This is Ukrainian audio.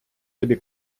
тобі